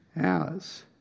hours